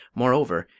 moreover,